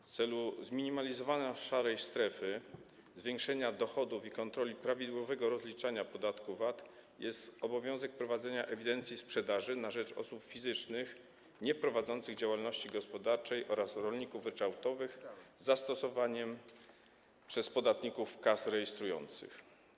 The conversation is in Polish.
W celu zminimalizowania szarej strefy, zwiększenia dochodów i kontroli prawidłowego rozliczania podatku VAT jest obowiązek prowadzenia ewidencji sprzedaży na rzecz osób fizycznych nieprowadzących działalności gospodarczej oraz rolników ryczałtowych z zastosowaniem przez podatników kas rejestrujących.